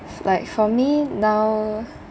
like for me now